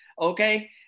Okay